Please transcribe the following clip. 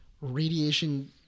radiation